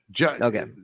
okay